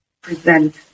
present